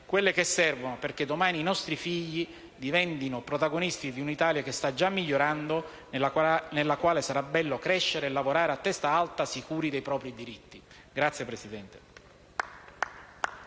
quelle che servono perché domani i nostri figli diventino protagonisti di un'Italia che sta già migliorando, nella quale sarà bello crescere e lavorare a testa alta sicuri dei propri diritti. *(Applausi